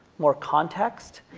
more context,